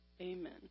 Amen